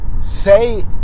Say